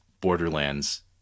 Borderlands